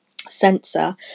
sensor